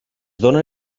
donen